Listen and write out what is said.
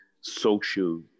social